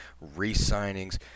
re-signings